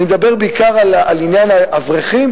אני מדבר בעיקר על עניין האברכים,